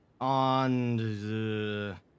on